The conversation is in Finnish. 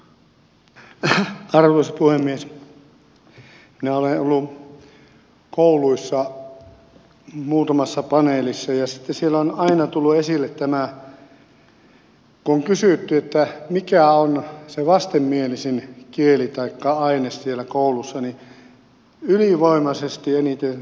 minä olen ollut kouluissa muutamassa paneelissa ja sitten siellä on aina tullut esille kun on kysytty mikä on se vastenmielisin kieli taikka aine siellä koulussa ylivoimaisesti eniten pakkoruotsi